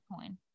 coin